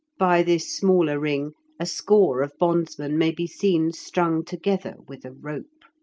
by this smaller ring a score of bondsmen may be seen strung together with a rope.